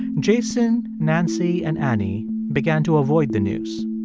jason, nancy and annie began to avoid the news.